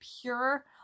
pure